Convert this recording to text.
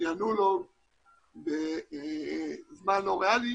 יענו לו בזמן לא ריאלי